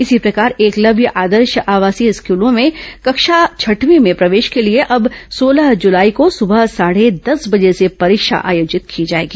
इसी प्रकार एकलव्य आदर्श आवासीय स्कूलो में कक्षा छठवीं में प्रवेश के लिए अब सोलह जुलाई को सुबह साढ़े दस बजे से परीक्षा आयोजित की जाएगी